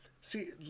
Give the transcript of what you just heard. see